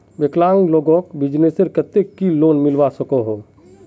विकलांग लोगोक बिजनेसर केते की लोन मिलवा सकोहो?